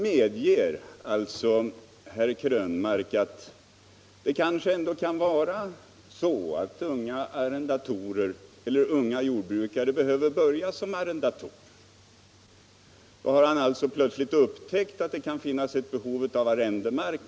Herr Krönmark medger nu att det kanske ändå kan vara så att unga jordbrukare behöver börja som arrendatorer. Då har han alltså plötsligt upptäckt att det kan finnas ett behov av arrendemark.